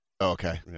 Okay